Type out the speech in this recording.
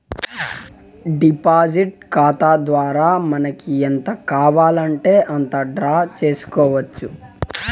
deposit ఖాతా ద్వారా మనకి ఎంత కావాలంటే అంత డ్రా చేసుకోవచ్చు